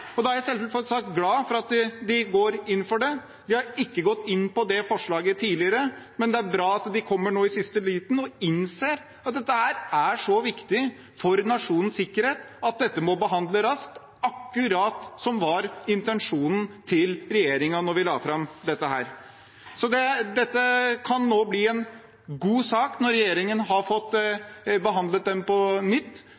terror. Da er jeg selvsagt glad for at de går inn for det. De har ikke gått inn for dette forslaget tidligere, men det er bra at de kommer nå, i siste liten, og innser at det er så viktig for nasjonens sikkerhet at dette må behandles raskt. Akkurat det var intensjonen til regjeringen da vi la fram dette. Nå kan dette bli en god sak når regjeringen har fått